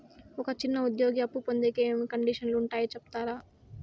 ఒక చిన్న ఉద్యోగి అప్పు పొందేకి ఏమేమి కండిషన్లు ఉంటాయో సెప్తారా?